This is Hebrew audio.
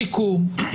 שיקום.